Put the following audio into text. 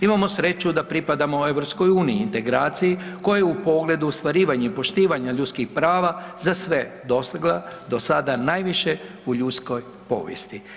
Imamo sreću da pripadamo EU, integraciji koja u pogledu ostvarivanja i poštivanja ljudskih prava za sve dostigla najviše u ljudskoj povijesti.